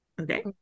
okay